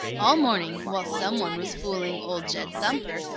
all morning, while someone was fooling old jed thumper,